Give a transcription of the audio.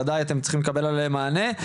ודאי אתם צריכים לקבל עליהם מענה.